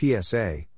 PSA